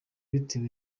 yatewe